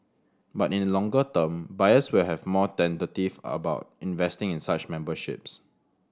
but in the longer term buyers will have more tentative about investing in such memberships